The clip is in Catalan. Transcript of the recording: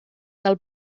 del